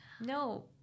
No